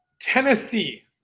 Tennessee